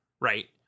Right